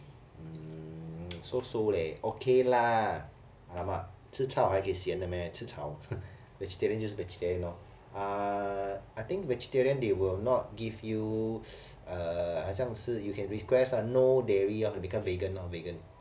mm so so leh okay lah !alamak! 吃草还可以嫌的 meh 吃草 vegetarian 就是 vegetarian lor uh I think vegetarian they will not give you uh 好像是 you can request ah no dairy 要不你看 vegan vegan